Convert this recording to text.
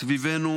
סביבנו